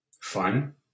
fun